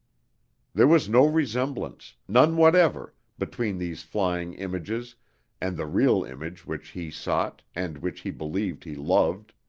there was no resemblance, none whatever, between these flying images and the real image which he sought and which he believed he loved.